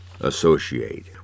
associate